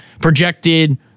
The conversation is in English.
projected